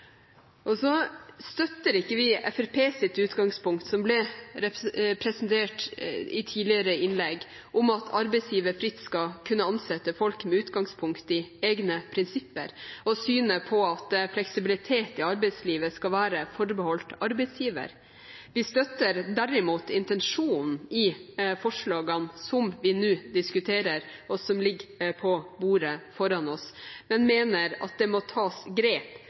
støtter ikke Fremskrittspartiets utgangspunkt, som ble presentert i et tidligere innlegg, at arbeidsgiver fritt skal kunne ansette folk med utgangspunkt i egne prinsipper, og at fleksibilitet i arbeidslivet skal være forbeholdt arbeidsgiver. Vi støtter derimot intensjonen i forslagene vi nå diskuterer, og som ligger på bordet foran oss, men mener at det må tas grep